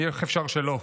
איך אפשר שלא.